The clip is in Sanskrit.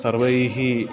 सर्वे